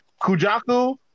Kujaku